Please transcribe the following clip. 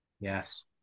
yes